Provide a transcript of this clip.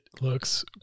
looks